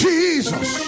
Jesus